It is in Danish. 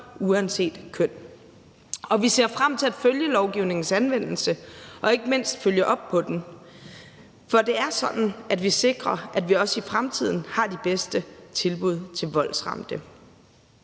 uanset køn. Og vi ser frem til at følge lovgivningens anvendelse og ikke mindst følge op på den, for det er sådan, vi sikrer, at vi også i fremtiden har de bedste tilbud til voldsramte.